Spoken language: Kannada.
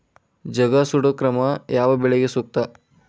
ಜಗಾ ಸುಡು ಕ್ರಮ ಯಾವ ಬೆಳಿಗೆ ಸೂಕ್ತ?